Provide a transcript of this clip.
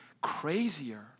crazier